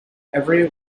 every